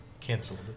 canceled